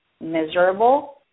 miserable